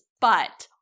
but-